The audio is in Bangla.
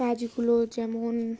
কাজগুলো যেমন